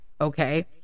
okay